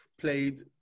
played